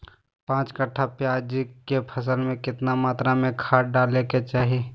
पांच कट्ठा प्याज के फसल में कितना मात्रा में खाद डाले के चाही?